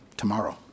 Tomorrow